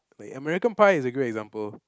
like American-Pie is a good example